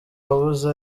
wabuze